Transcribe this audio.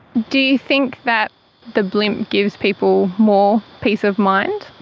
do you think that the blimp gives people more peace of mind?